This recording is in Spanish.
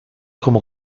como